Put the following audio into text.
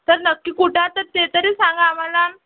तर नक्की कुठं आहात तर ते तरी सांगा आम्हाला